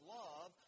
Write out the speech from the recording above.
love